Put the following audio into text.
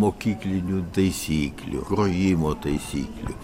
mokyklinių taisyklių grojimo taisyklių